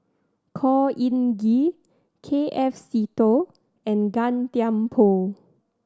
Khor Ean Ghee K F Seetoh and Gan Thiam Poh